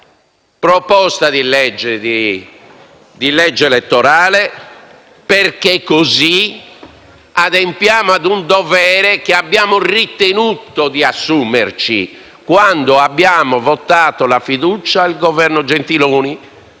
proposta di legge elettorale, perché così adempiamo ad un dovere che abbiamo ritenuto di assumerci quando abbiamo votato la fiducia al Governo Gentiloni